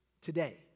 Today